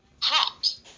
hot